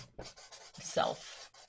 self